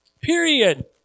Period